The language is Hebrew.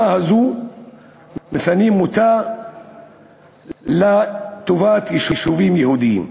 הזו מפנים אותה לטובת יישובים יהודיים.